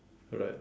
alright